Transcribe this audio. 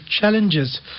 challenges